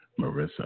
Marissa